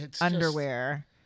underwear